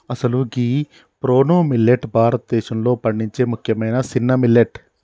అసలు గీ proso millet భారతదేశంలో పండించే ముఖ్యమైన సిన్న మిల్లెట్